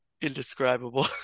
indescribable